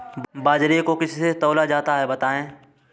बाजरे को किससे तौला जाता है बताएँ?